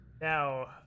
Now